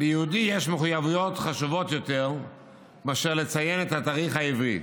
ליהודי יש מחויבויות חשובות יותר מאשר לציין את התאריך העברי.